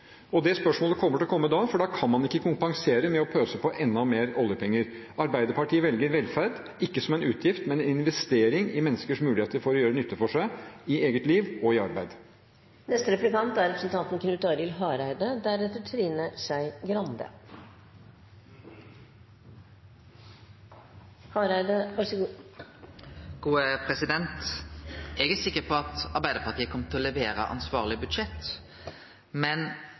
velferd? Det spørsmålet kommer til å komme da, for da kan man ikke kompensere med å pøse på med enda mer oljepenger. Arbeiderpartiet velger velferd, ikke som en utgift, men som en investering i menneskers muligheter til å gjøre nytte for seg i eget liv og i arbeid. Eg er sikker på at Arbeidarpartiet kjem til å levere ansvarlege budsjett, men